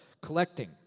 collecting